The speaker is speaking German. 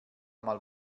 mal